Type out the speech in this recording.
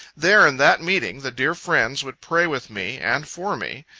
there, in that meeting, the dear friends would pray with me and for me.